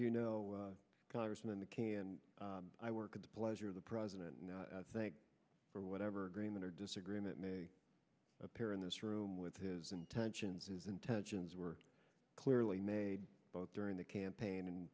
you know congress in the can i work at the pleasure of the president and thank you for whatever agreement or disagreement may appear in this room with his intentions is intentions were clearly made both during the campaign and